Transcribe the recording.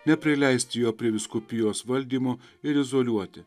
neprileisti jo prie vyskupijos valdymu ir izoliuoti